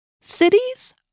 Cities